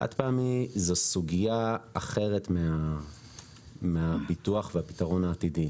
חד-פעמי זאת סוגיה אחרת מהביטוח ומהפתרון העתידי.